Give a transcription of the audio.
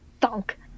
Thunk